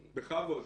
בכבוד,